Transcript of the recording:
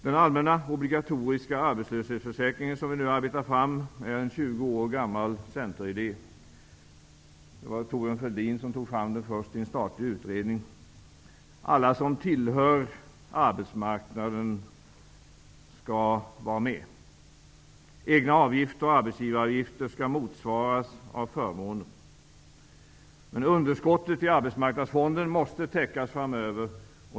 Den allmänna obligatoriska arbetslöshetsförsäkring som vi nu arbetar fram är en 20 år gammal centeridé. Det var Thorbjörn Fälldin som först tog fram förslaget i en statlig utredning. Alla som tillhör arbetsmarknaden skall vara med. Egna avgifter och arbetsgivaravgifter skall motsvaras av förmåner. Men underskottet i arbetsmarknadsfonden måste täckas framöver.